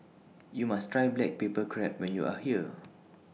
YOU must Try Black Pepper Crab when YOU Are here